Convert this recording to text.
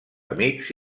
amics